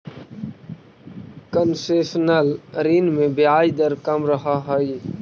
concessional ऋण में ब्याज दर कम रहऽ हइ